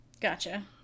gotcha